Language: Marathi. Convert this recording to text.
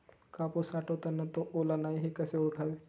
कापूस साठवताना तो ओला नाही हे कसे ओळखावे?